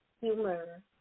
humor